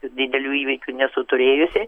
didelių įvykių nesu turėjusi